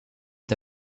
est